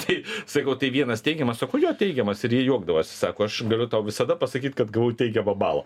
tai sakau tai vienas teigiamas sako jo teigiamas ir jie juokdavosi sako aš galiu tau visada pasakyt kad gavau teigiamą balą